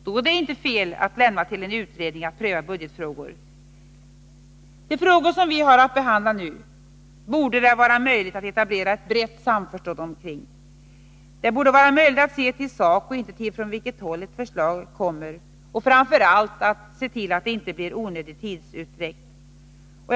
Då är det inte fel att lämna till en utredning att pröva budgetfrågor. De frågor som vi har att behandla nu borde det vara möjligt att etablera ett brett samförstånd omkring. Det borde vara möjligt att se till sak och inte till ifrån vilket håll ett förslag kommer, och framför allt att se till att det inte blir onödig tidsutdräkt.